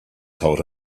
told